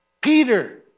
Peter